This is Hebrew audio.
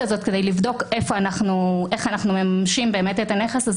הזאת כדי לבדוק איך אנחנו מממשים את הנכס הזה,